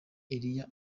eliya